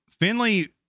Finley